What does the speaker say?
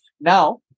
Now